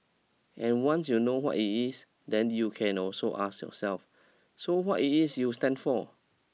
and once you know what it is then you can also ask yourself so what it is you stand for